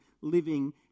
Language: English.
living